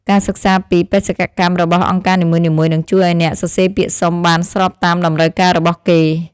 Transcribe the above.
ការសិក្សាពីបេសកកម្មរបស់អង្គការនីមួយៗនឹងជួយឱ្យអ្នកសរសេរពាក្យសុំបានស្របតាមតម្រូវការរបស់គេ។